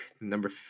number